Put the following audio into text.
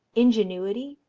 ingenuity,